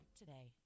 today